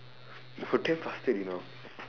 you're damn bastard you know